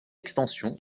extension